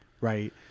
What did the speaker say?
right